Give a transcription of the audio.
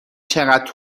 چقدر